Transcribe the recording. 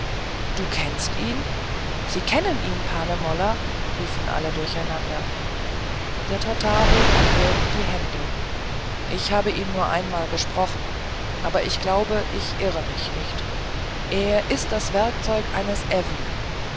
di kennst ihn sie kennen ihn pane molla riefen alle durcheinander der tatar hob abwehrend die hände ich habe ihn nur einmal gesprochen aber ich glaube ich irre mich nicht er ist das werkzeug eines